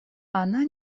она